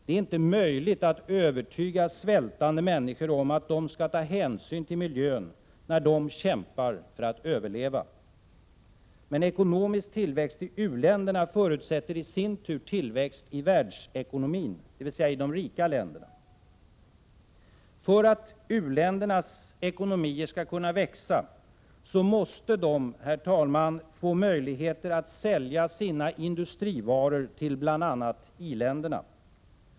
Det är inte möjligt att övertyga svältande människor om att de skall ta hänsyn till miljön när de kämpar för att överleva. Men ekonomisk tillväxt i u-länderna förutsätter i sin tur tillväxt i världsekonomin, dvs. i de rika länderna. För att u-ländernas ekonomier skall kunna växa måste de, herr talman, få möjligheter att sälja sina industrivaror till bl.a. i-länderna.